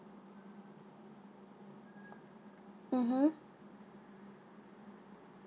mmhmm